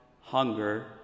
hunger